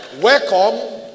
Welcome